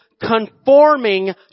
conforming